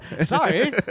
sorry